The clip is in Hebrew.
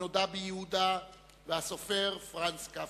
ר' יחזקאל לנדא בעל "הנודע ביהודה" והסופר פרנץ קפקא.